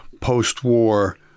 post-war